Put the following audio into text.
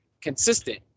consistent